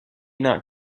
not